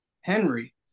Henry